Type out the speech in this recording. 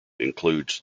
includes